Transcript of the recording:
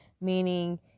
meaning